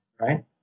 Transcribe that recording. right